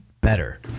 better